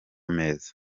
meza